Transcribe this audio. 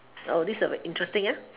this is interesting ya